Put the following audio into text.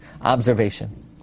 observation